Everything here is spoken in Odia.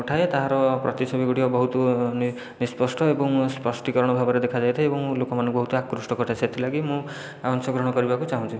ଉଠାଏ ତାହାର ପ୍ରତିଛବିଗୁଡ଼ିକ ବହୁତ ନିଃସ୍ପଷ୍ଟ ଏବଂ ସ୍ପଷ୍ଟୀକରଣ ଭାବରେ ଦେଖାଯାଇଥାଏ ଏବଂ ଲୋକମାନଙ୍କୁ ବହୁତ ଆକୃଷ୍ଟ କରିଥାଏ ସେଥିଲାଗି ମୁଁ ଅଂଶଗ୍ରହଣ କରିବାକୁ ଚାହୁଁଛି